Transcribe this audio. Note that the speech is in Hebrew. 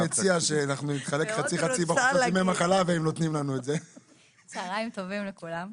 צהריים טובים לכולם.